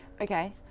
okay